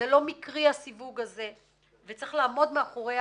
זה לא מקרי הסיווג הזה וצריך לעמוד מאחורי